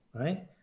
right